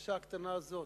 הבקשה הקטנה הזאת,